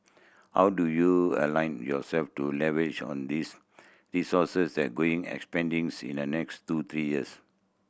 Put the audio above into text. how do you align yourself to leverage on this resource that going expanding in the next two three years